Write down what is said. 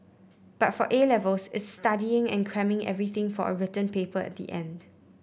but for A Levels it's studying and cramming everything for a written paper at the end